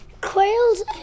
Quail's